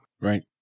Right